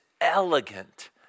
elegant